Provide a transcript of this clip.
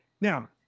Now